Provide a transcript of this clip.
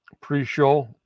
pre-show